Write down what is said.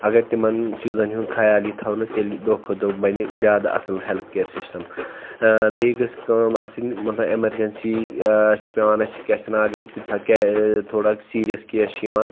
اگر تِمَن چیٖزَن ہُنٛد خیال یہِ تھاونہٕ تیٚلہِ دۄہ کھۄتہٕ دۄہ بَنہِ زیادٕ اصٕل ہیٚلٕتھ کِیَر سِسٹَم ٲں بیٚیہِ گٔژھ کٲم آسٕنۍ مطلب ایٚمَرجَنسی ٲں چھِ پیٚوان اسہِ کیٛاہ چھِ اَتھ وَنان اگر کُنہِ ساتہٕ کیٛاہ ٲں تھوڑا سیٖریَس کیس چھِ یِوان